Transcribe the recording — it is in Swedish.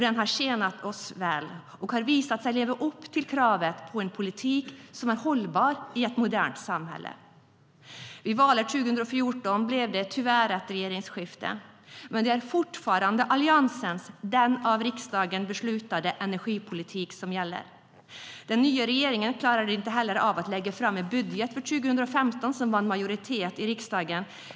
Den har tjänat oss väl och har visat sig leva upp till kravet på en politik som är hållbar i ett modernt samhälle. Vid valet 2014 blev det tyvärr ett regeringsskifte, men det är fortfarande Alliansens och av riksdagen beslutad energipolitik som gäller. Den nya regeringen klarade inte heller av att lägga fram en budget för 2015 som vann majoritet i riksdagen.